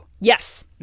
Yes